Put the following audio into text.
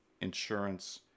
insurance